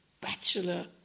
bachelor